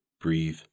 breathe